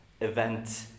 event